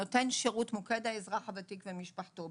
שנותן שירות מוקד האזרח הוותיק ומשפחתו.